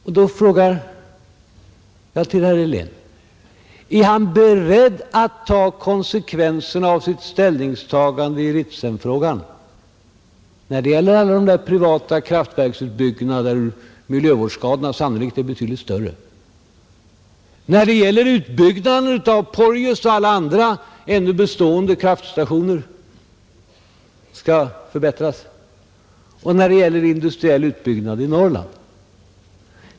Och då ställer jag min andra fråga till herr Helén: Är herr Helén beredd att ta konsekvenserna av sitt ställningstagande i Ritsemfrågan när det gäller alla de där privata kraftverksbyggena där miljöskadorna sannolikt är betydligt större, när det gäller utbyggnaden av Porjus och övriga ännu bestående kraftstationer som skall förbättras och när det gäller industriell utbyggnad i Norrland?